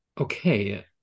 Okay